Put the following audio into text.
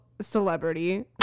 celebrity